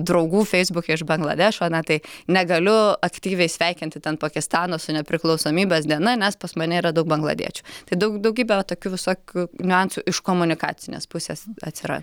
draugų feisbuke iš bangladešo na tai negaliu aktyviai sveikinti ten pakistano su nepriklausomybės diena nes pas mane yra daug bangladiečių tai daug daugybė va tokių visokių niuansų iš komunikacinės pusės atsiran